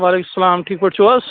وعلیکُم سلام ٹھیٖک پٲٹھۍ چھِو حظ